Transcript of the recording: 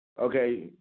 okay